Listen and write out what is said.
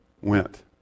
went